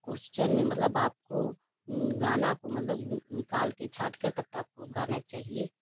question में मतलब आपको गाना को मतलब ग निकालके छाँट कर तब तो आपको गाना चाहिए